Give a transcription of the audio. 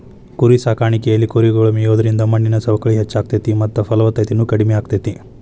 ಕುರಿಸಾಕಾಣಿಕೆಯಲ್ಲಿ ಕುರಿಗಳು ಮೇಯೋದ್ರಿಂದ ಮಣ್ಣಿನ ಸವಕಳಿ ಹೆಚ್ಚಾಗ್ತೇತಿ ಮತ್ತ ಫಲವತ್ತತೆನು ಕಡಿಮೆ ಆಗ್ತೇತಿ